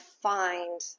find